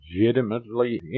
legitimately